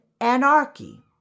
anarchy